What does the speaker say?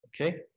Okay